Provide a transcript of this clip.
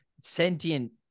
sentient